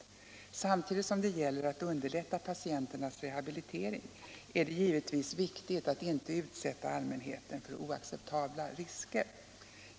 Samtidigt som det gäller att underlätta patienternas rehabilitering är det givetvis viktigt att inte utsätta allmänheten för oacceptabla risker.